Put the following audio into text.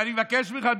ואני מבקש ממך,